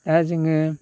दा जोङो